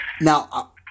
now